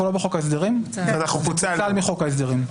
אנחנו לא בחוק ההסדרים, זה פוצל מחוק ההסדרים.